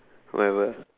whatever